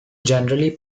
generally